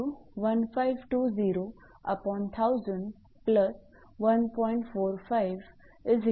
म्हणून असे मिळेल